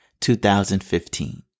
2015